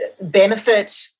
benefit